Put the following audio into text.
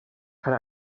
kann